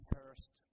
First